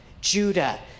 Judah